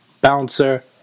bouncer